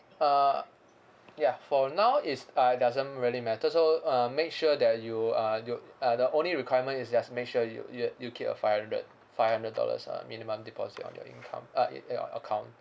uh ya for now is uh doesn't really matter so um make sure that you uh you uh the only requirement is just make sure you you you keep a five hundred five hundred dollars uh minimum deposit on your income uh in at your account